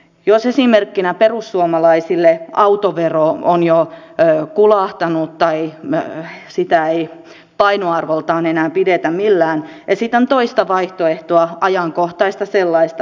jos esimerkkinä perussuomalaisille autovero on jo kulahtanut tai sitä ei painoarvoltaan enää pidetä minään esitän toista vaihtoehtoa ajankohtaista sellaista